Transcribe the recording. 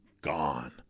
gone